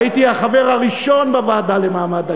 הייתי החבר הראשון בוועדה למעמד האישה,